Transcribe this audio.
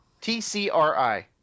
TCRI